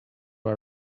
are